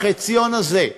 בחציון הזה,